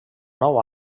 nou